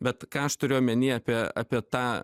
bet ką aš turiu omeny apie apie tą